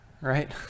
right